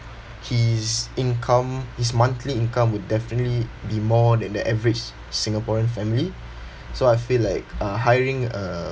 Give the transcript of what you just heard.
his income his monthly income would definitely be more than the average singaporean family so I feel like uh hiring a